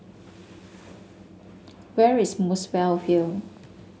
where is Muswell Hill